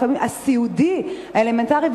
לפעמים הסיעודי האלמנטרי,